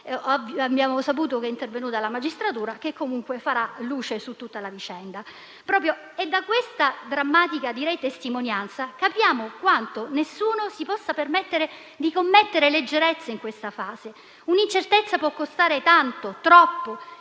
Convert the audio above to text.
Abbiamo saputo che è intervenuta la magistratura, che comunque farà luce su tutta la vicenda. Da questa drammatica testimonianza capiamo quanto nessuno si possa permettere di commettere leggerezze in questa fase. Un'incertezza può costare tanto, troppo.